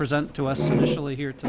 present to us here to